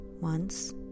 once